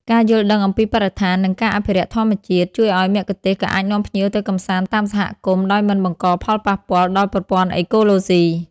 ការយល់ដឹងអំពីបរិស្ថាន និងការអភិរក្សធម្មជាតិ ជួយឱ្យមគ្គុទ្ទេសក៍អាចនាំភ្ញៀវទៅកម្សាន្តតាមសហគមន៍ដោយមិនបង្កផលប៉ះពាល់ដល់ប្រព័ន្ធអេកូឡូស៊ី។